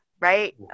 Right